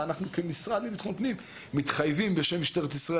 ואנחנו כמשרד לביטחון פנים מתחייבים בשם משטרת ישראל